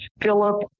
Philip